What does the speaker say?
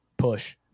Push